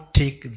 take